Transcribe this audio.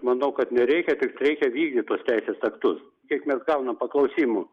manau kad nereikia tik reikia vykdyt tuos teisės aktus kiek mes gaunam paklausimų